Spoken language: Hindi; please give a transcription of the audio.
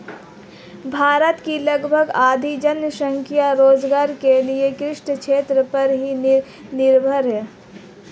भारत की लगभग आधी जनसंख्या रोज़गार के लिये कृषि क्षेत्र पर ही निर्भर है